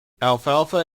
alfalfa